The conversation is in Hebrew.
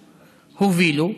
הובילו,